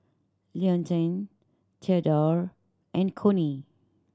Leontine Theodore and Connie